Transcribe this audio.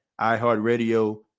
iHeartRadio